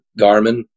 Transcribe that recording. Garmin